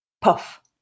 Puff